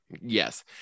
Yes